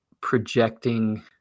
projecting